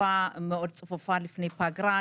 התקופה המאוד צפופה לפני הפגרה,